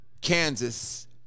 Kansas